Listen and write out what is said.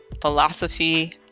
philosophy